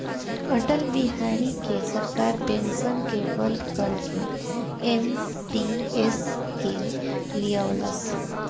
अटल बिहारी के सरकार पेंशन के बंद करके एन.पी.एस के लिअवलस